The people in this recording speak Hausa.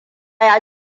ya